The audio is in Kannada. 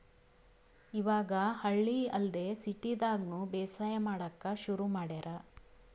ಇವಾಗ್ ಹಳ್ಳಿ ಅಲ್ದೆ ಸಿಟಿದಾಗ್ನು ಬೇಸಾಯ್ ಮಾಡಕ್ಕ್ ಶುರು ಮಾಡ್ಯಾರ್